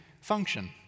function